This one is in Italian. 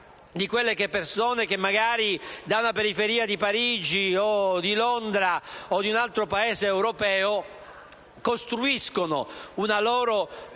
di persone che, magari dalla periferia di Parigi, di Londra o di un altro Paese europeo, costruiscono una loro presenza